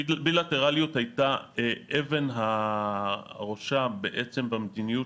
בילטרליות הייתה אבן הראשה במדיניות